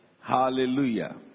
Hallelujah